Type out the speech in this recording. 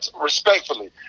Respectfully